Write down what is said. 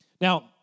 Now